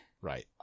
Right